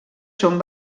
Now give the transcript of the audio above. són